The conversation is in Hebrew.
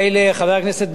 חבר הכנסת בר-און,